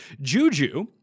Juju